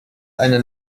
eine